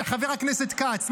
חבר הכנסת כץ,